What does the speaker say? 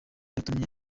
yatumye